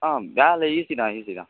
ஆ வேலை ஈசி தான் ஈசி தான்